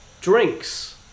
Drinks